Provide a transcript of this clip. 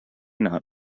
not